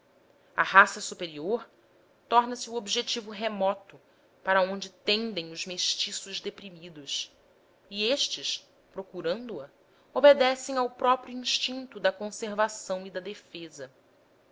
a raça superior torna-se o objetivo remoto para onde tendem os mestiços deprimidos e estes procurando a obedecem ao próprio instinto da conservação e da defesa